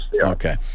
Okay